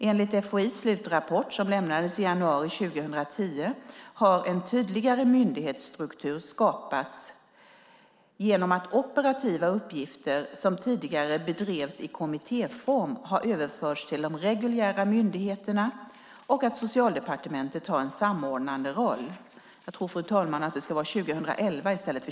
Enligt FHI:s slutrapport, som lämnades i januari 2010, har en tydligare myndighetsstruktur skapats genom att operativa uppgifter, som tidigare bedrevs i kommittéform, har överförts till de reguljära myndigheterna och att Socialdepartementet har en samordnande roll.